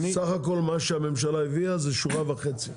סך הכול מה שהממשלה הביאה זה שורה וחצי,